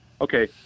Okay